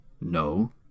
No